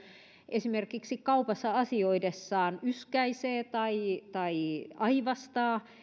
esimerkiksi kaupassa asioidessaan yskäisee tai tai aivastaa